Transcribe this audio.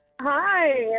Hi